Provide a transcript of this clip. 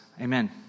amen